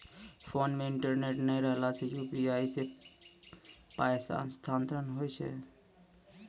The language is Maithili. फोन मे इंटरनेट नै रहला सॅ, यु.पी.आई सॅ पाय स्थानांतरण हेतै?